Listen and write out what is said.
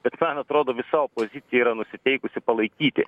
bet man atrodo visa opozicija yra nusiteikusi palaikyti